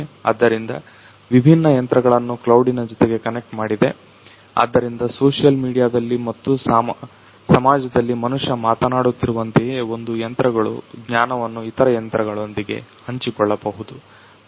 ಆದ್ದರಿಂದ ವಿಭಿನ್ನ ಯಂತ್ರಗಳನ್ನು ಕ್ಲೌಡಿನ ಜೊತೆ ಕನೆಕ್ಟ್ ಮಾಡಿದೆ ಆದ್ದರಿಂದ ಸೋಶಿಯಲ್ ಮೀಡಿಯಾದಲ್ಲಿ ಮತ್ತು ಸಮಾಜದಲ್ಲಿ ಮನುಷ್ಯ ಮಾತಾಡುತ್ತಿರುವಂತೆಯೇ ಒಂದು ಯಂತ್ರಗಳ ಜ್ಞಾನವನ್ನು ಇತರ ಯಂತ್ರದೊಂದಿಗೆ ಹಂಚಿಕೊಳ್ಳಬಹುದು